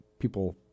people